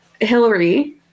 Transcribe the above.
Hillary